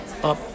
up